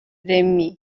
remy